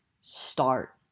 start